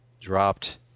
dropped